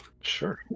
Sure